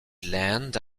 land